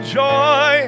joy